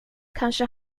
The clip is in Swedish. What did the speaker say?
kanske